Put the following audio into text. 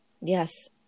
Yes